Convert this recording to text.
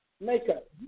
makeup